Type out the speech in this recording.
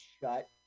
shut